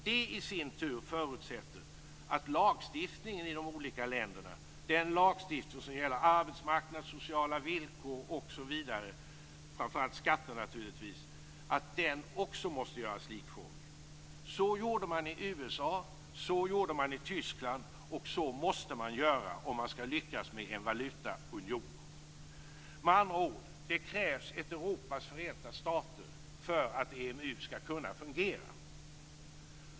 Det i sin tur förutsätter att lagstiftningen i de olika länderna - den lagstiftning som gäller bl.a. arbetsmarknad, sociala villkor och, naturligtvis framför allt, skatter - också görs likformig. Så gjorde man i USA. Så gjorde man i Tyskland. Och så måste man göra för att lyckas med en valutaunion. Med andra ord: Det krävs ett Europas förenta stater för att EMU skall kunna fungera.